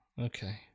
Okay